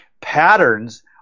patterns